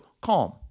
CALM